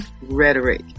Rhetoric